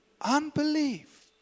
unbelief